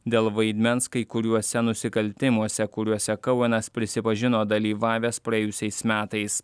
dėl vaidmens kai kuriuose nusikaltimuose kuriuose kouvenas prisipažino dalyvavęs praėjusiais metais